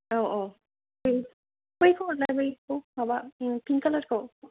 औ औ अ बैखौ हरलाय बैखौ माबा पिंक कालार खौ